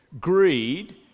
Greed